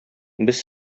без